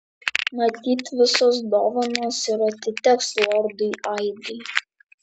matyt visos dovanos ir atiteks lordui aidui